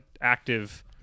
active